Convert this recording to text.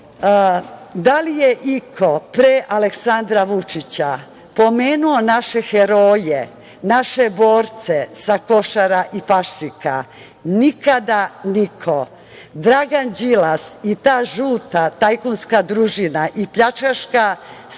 Da li je iko pre Aleksandra Vučića pomenuo naše heroje, naše borce sa Košara i Pašika? Nikada niko. Dragan Đilas i ta žuta tajkunska družina i pljačkaška, stidela